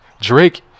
drake